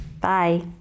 Bye